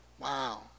Wow